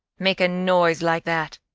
make a noise like that?